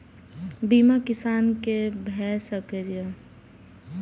बीमा किसान कै भ सके ये?